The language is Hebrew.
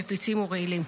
נפיצים ורעילים.